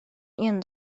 ihren